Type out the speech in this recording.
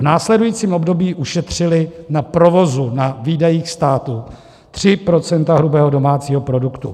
V následujícím období ušetřili na provozu, na výdajích států 3 % hrubého domácího produktu.